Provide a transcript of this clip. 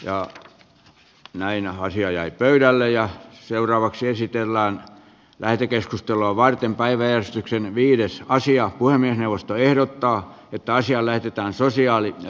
ja näin asia jäi pöydälle ja seuraavaksi esitellään lähetekeskustelua varten päiväjärjestykseen viedessä asia puhemiesneuvosto ehdottaa että asia lähetetään sosiaali ja